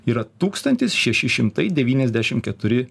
yra tūkstantis šeši šimtai devyniasdešim keturi